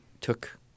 took